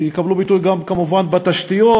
שיקבל ביטוי גם כמובן בתשתיות,